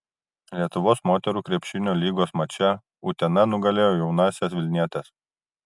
lietuvos moterų krepšinio lygos mače utena nugalėjo jaunąsias vilnietes